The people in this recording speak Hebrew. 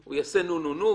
הוא יעשה "נו-נו-נו",